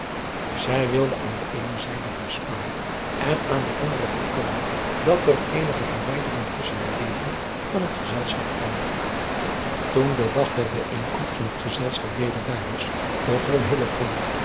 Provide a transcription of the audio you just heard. zij wilde aan de eene zijde hem sparen en aan de andere voorkomen dat er eenige verwijdering tusschen de leden van het gezelschap kwam toen de dag der bijeenkomst van het gezelschap weder daar was begon